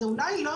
אולי זה לא